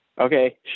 okay